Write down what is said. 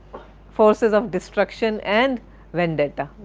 forces of destruction and vendetta,